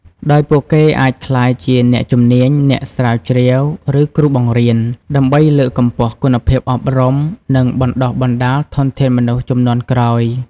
ដោយពួកគេអាចក្លាយជាអ្នកជំនាញ អ្នកស្រាវជ្រាវ ឬគ្រូបង្រៀន ដើម្បីលើកកម្ពស់គុណភាពអប់រំ និងបណ្ដុះបណ្ដាលធនធានមនុស្សជំនាន់ក្រោយ។